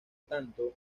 tanto